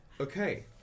Okay